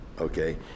Okay